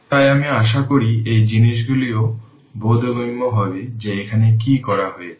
তাই আমি আশা করি এই জিনিসগুলিও বোধগম্য হবে যে এখানে কি করা হয়েছে